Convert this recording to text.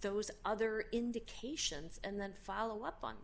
those other indications and then follow up on